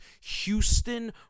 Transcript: Houston